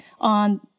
on